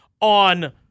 on